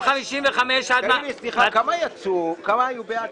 255-256 משרד הרווחה.